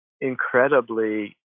incredibly